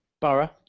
Borough